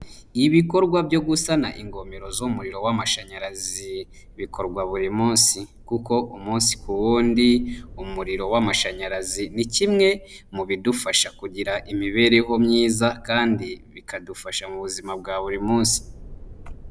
Ibikorwa byo gusana ingomero z'umuriro w'amashanyarazi, bikorwa buri munsi. Kuko umunsi ku wundi, umuriro w'amashanyarazi ni kimwe, mu bidufasha kugira imibereho myiza, kandi bikadufasha mu buzima bwa buri munsi.